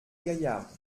gaillarde